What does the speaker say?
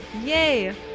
Yay